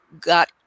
got